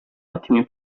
ottimi